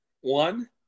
one